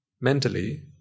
mentally